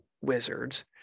wizards